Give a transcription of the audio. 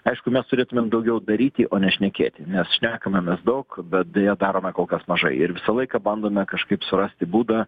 aišku mes turėtumėm daugiau daryti o ne šnekėti nes šnekame mes daug bet deja darome kol kas mažai ir visą laiką bandome kažkaip surasti būdą